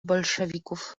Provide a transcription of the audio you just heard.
bolszewików